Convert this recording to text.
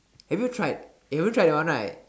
have you tried eh haven't tried that one right